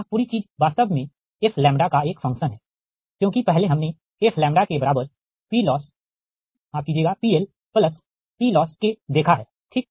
यह पूरी चीज वास्तव में f का एक फंक्शन है क्योंकि पहले हमने f बराबर PLPLossK देखा है ठीक